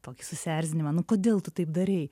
tokį susierzinimą nu kodėl tu taip darei